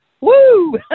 woo